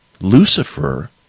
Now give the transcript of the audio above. Lucifer